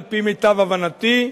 על-פי מיטב הבנתי,